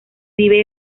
vive